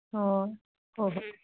ꯑꯣ ꯍꯣ ꯍꯣ